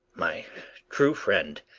my true friend,